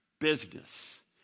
business